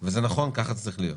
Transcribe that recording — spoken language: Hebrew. וזה נכון, ככה זה צריך להיות.